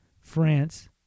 France